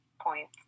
points